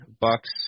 Bucks